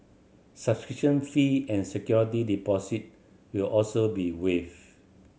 subscription fee and security deposit will also be waived